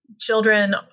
Children